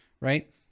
right